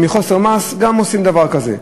מחוסר מעש גם עושים דבר כזה.